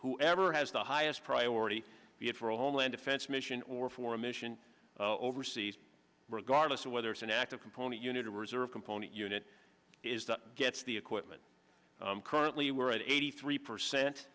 whoever has the highest priority for a homeland defense mission or for a mission overseas regardless of whether it's an active component unit or reserve component unit is that gets the equipment currently we're at eighty three percent